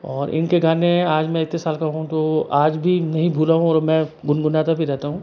और इनके गाने आज मैं इतने साल का हूँ तो आज भी नहीं भूला हूँ और मैं गुनगुनाता भी रहता हूँ